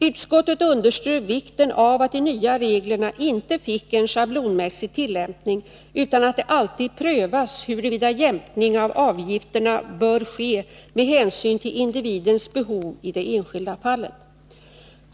Utskottet underströk vikten av att de nya reglerna inte fick en schablonmässig tillämpning utan att det alltid prövas huruvida jämkning av avgifterna bör ske med hänsyn till individens behov i det enskilda fallet.